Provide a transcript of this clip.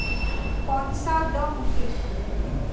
পশ্বাদমুখী